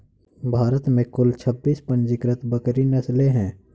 भारत में कुल छब्बीस पंजीकृत बकरी नस्लें हैं